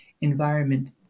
environment